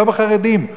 לא בחרדים.